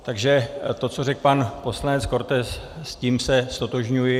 Takže to, co řekl pan poslanec Korte, s tím se ztotožňuj.